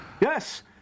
Yes